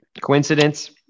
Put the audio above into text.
coincidence